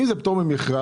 אם זה פטור ממכרז,